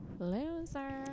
Loser